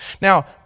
Now